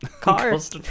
cars